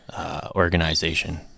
organization